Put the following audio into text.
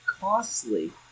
costly